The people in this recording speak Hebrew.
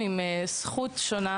למשל עם זכות שונה